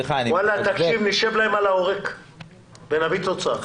תקשיב, נשב להם על העורק ונביא תוצאה.